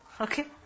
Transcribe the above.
Okay